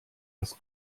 das